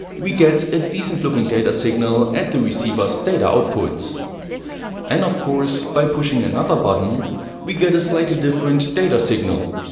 we get a decent looking data signal at the receivers data outputs and of course by pushing another button we get a slightly different data signal,